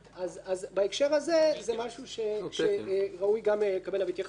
זה גם משהו שראוי לקבל עליו התייחסות.